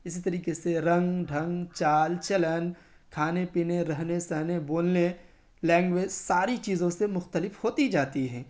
اسی طریقے سے رنگ ڈھنگ چال چلن کھانے پینے رہنے سہنے بولنے لینگویز ساری چیزوں سے مختلف ہوتی جاتی ہیں